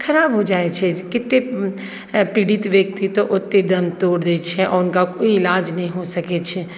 खराब हो जाइत छै कतेक पीड़ित व्यक्ति तऽ ओतहि दम तोड़ि दैत छै आओर हुनका कोइ इलाज नहि हो सकैत छै